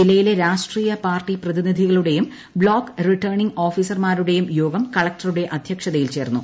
ജില്ലയിലെ രാഷ്ട്രീയ പാർട്ടി ്ര്ഷ്തിനിധികളുടെയും ബ്ലോക്ക് റിട്ടേണിംഗ് ഓഫീസർമാ്പ്പുടെയും യോഗം കളക്ടറുടെ അദ്ധ്യക്ഷതയിൽ ചേർന്നു